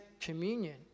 communion